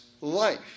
life